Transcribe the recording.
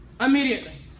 immediately